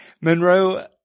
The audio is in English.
Monroe